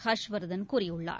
ஹாஷ்வர்தன் கூறியுள்ளார்